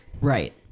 Right